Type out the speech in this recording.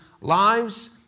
lives